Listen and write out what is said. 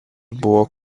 buvo